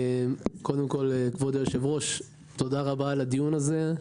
כבוד היושב-ראש, תודה רבה על הדיון הזה.